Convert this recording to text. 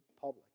public